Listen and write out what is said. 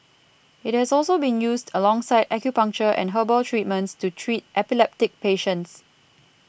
it has also been used alongside acupuncture and herbal treatments to treat epileptic patients